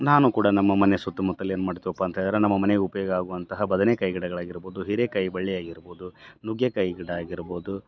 ನಾನು ಕೂಡ ನಮ್ಮ ಮನೆ ಸುತ್ತಮುತ್ತಲು ಏನು ಮಾಡ್ತೀವಪ್ಪ ಅಂತ ಹೇಳಿದ್ರೆ ನಮ್ಮ ಮನೆಗೆ ಉಪಯೋಗ ಆಗುವಂತಹ ಬದನೆಕಾಯಿ ಗಿಡಗಳು ಆಗಿರ್ಬೋದು ಹೀರೇಕಾಯಿ ಬಳ್ಳಿ ಆಗಿರ್ಬೋದು ನುಗ್ಗೆಕಾಯಿ ಗಿಡ ಆಗಿರ್ಬೋದು